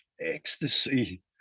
ecstasy